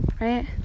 right